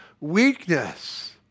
weakness